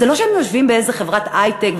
זה לא שהם יושבים באיזה חברת היי-טק,